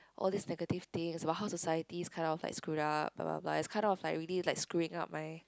all these negative things about how society's kind of like screwed up blah blah blah it's kind of like really like screwing up my